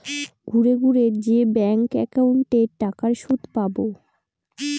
ঘুরে ঘুরে যে ব্যাঙ্ক একাউন্টে টাকার সুদ পাবো